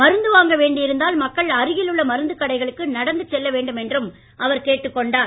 மருந்து வாங்க வேண்டி இருந்தால் மக்கள் அருகில் உள்ள மருந்து கடைகளுக்கு நடந்து செல்ல வேண்டும் என்றும் அவர் கேட்டுக் கொண்டார்